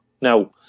Now